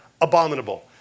abominable